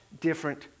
different